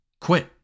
quit